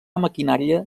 maquinària